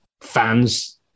fans